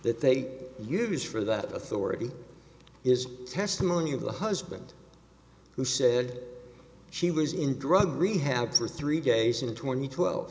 that they use for that authority is testimony of the husband who said she was in drug rehab for three days and twenty twelve